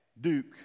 Duke